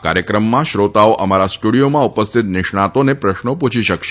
આ કાર્યક્રમમાં શ્રોતાઓ અમારા સ્ટુડિયોમાં ઉપસ્થિત નિષ્ણાતોને પ્રશ્નો પુછી શકશે